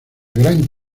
gran